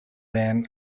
than